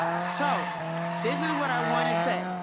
so this is what i want to say.